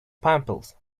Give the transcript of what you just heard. pimples